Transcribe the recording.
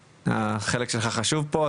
החלק שלך חשוב פה.